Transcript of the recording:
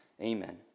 Amen